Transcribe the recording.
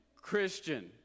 Christian